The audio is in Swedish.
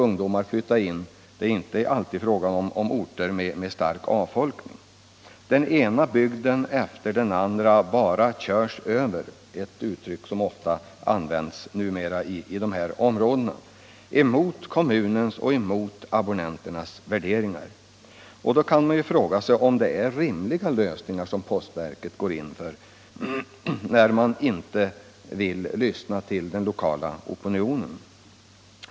| 1 april 1976 Den ena bygden efter den andra bara ”körs över”, ett uttryck som ofta används numera i de här sammanhangen. Om informationen Man kan fråga sig om det är rimligt att postverket inte vill lyssna — rörande planerad på den lokala opinionen.